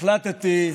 החלטתי,